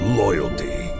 loyalty